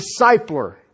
discipler